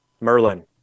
Merlin